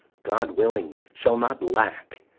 god willing, shall not lack.